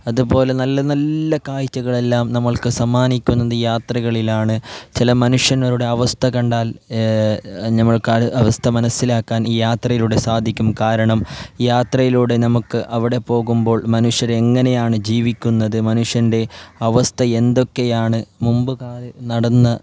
അതു പോലെ നല്ല നല്ല കാഴ്ചകളെല്ലാം നമ്മൾക്ക് സമ്മാനിക്കുന്നത് യാത്രകളിലാണ് ചില മനുഷ്യന്മാരുടെ അവസ്ഥ കണ്ടാൽ നമ്മൾക്ക് ആ അവസ്ഥ മനസിലാക്കാൻ ഈ യാത്രയിലൂടെ സാധിക്കും കാരണം യാത്രയിലൂടെ നമ്മൾക്ക് അവിടെ പോകുമ്പോൾ മനുഷ്യർ എങ്ങനെയാണ് ജീവിക്കുന്നത് മനുഷ്യൻ്റെ അവസ്ഥ എന്തൊക്കെയാണ് മുമ്പ് കാലം നടന്നത്